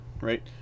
right